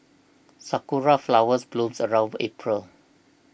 sakura flowers blooms around April